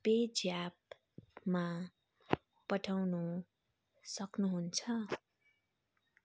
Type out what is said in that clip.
pay ज्यापमा पठाउनु सक्नुहुन्छ